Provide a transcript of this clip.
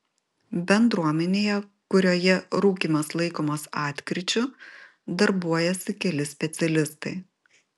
bendruomenėje kurioje rūkymas laikomas atkryčiu darbuojasi keli specialistai